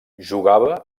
jugava